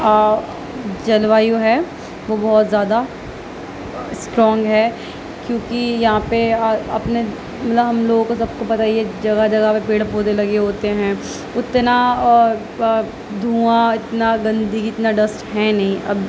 جلوائیو ہے وہ بہت زیادہ اسٹرانگ ہے کیوں کہ یہاں پہ اپنے نا ہم لوگوں کو سب کو پتا ہی ہے جگہ جگہ پہ پیڑ پودے لگے ہوتے ہیں اتنا دھواں اتنا گندگی اتنا ڈسٹ ہے نہیں